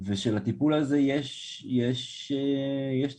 ולטיפול הזה יש תוצאות,